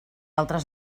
altres